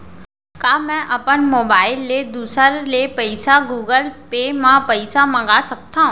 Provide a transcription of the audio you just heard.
का मैं अपन मोबाइल ले दूसर ले पइसा गूगल पे म पइसा मंगा सकथव?